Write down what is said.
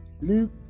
Luke